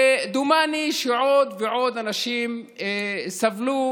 דומני שעוד ועוד אנשים סבלו